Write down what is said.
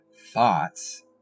thoughts